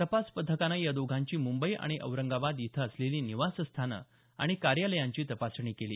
तपास पथकानं या दोघांची मुंबई आणि औरंगाबाद इथं असलेली निवासस्थानं आणि कार्यालयांची तपासणी केली